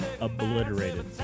Obliterated